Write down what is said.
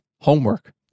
Homework